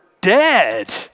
dead